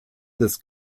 des